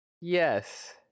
Yes